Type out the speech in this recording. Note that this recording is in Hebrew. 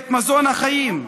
את מזון החיים.